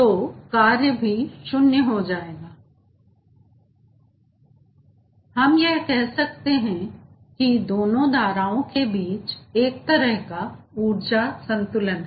तो कार्य भी शुन्य हो जाएगा हम यह कह सकते हैं कि दोनों धाराओं के बीच एक तरह का ऊर्जा संतुलन है